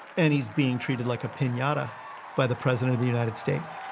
and he's being treated like a pinata by the president of the united states.